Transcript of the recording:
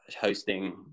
hosting